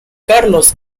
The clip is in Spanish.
carlos